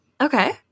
Okay